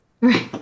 right